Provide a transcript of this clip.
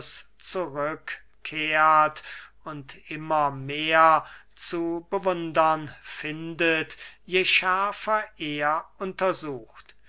zurückkehrt und immer mehr zu bewundern findet je schärfer er untersucht